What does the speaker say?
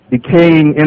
decaying